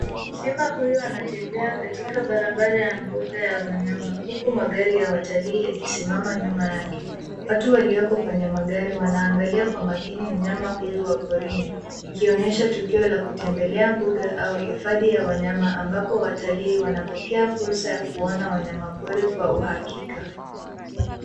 Simba huyu anatembea katika barabara ya mbuga ya wanyama huku magari ya watalii yakisimama nyuma yake. Watu walioko kwenye magari wanaangalia kwa makini mnyama huyu wa porini ikionyesha tukio la kutembelea mbuga au hifadhi ya wanyama ambapo watalii wanapokea fursa ya kuona wanyama pori kwa uhakika.